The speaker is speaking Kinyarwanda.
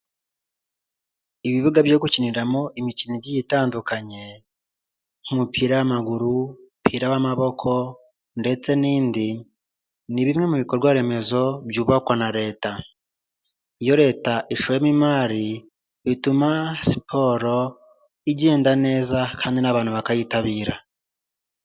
Ibibuga byo gukiniramo imikino igiye itandukanye, nk'umupira w'amaguru, umupira w'amaboko, ndetse n'indi, ni bimwe mu bikorwaremezo byubakwa na leta, iyo leta ishoramo imari bituma siporo igenda neza kandi n'abantu bakayitabira.